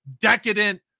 decadent